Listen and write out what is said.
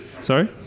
Sorry